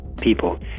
people